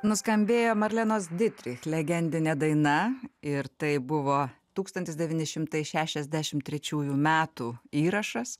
nuskambėjo marlenos ditrich legendinė daina ir tai buvo tūkstantis devyni šimtai šešiasdešim trečiųjų metų įrašas